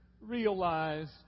realized